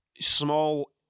small